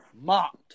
mocked